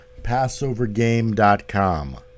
PassoverGame.com